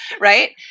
Right